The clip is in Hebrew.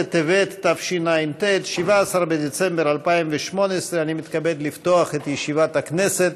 בטבת התשע"ט / 17 19 בדצמבר 2018 / 10 חוברת י' ישיבה שפ"ט